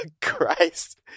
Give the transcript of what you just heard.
Christ